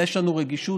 יש לנו רגישות